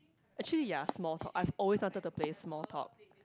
actually ya small talk I've always wanted to play small talk